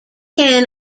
can